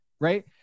right